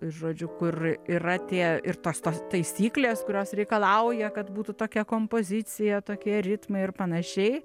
žodžiu kur yra tie ir tos tos taisyklės kurios reikalauja kad būtų tokia kompozicija tokie ritmai ir panašiai